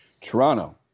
Toronto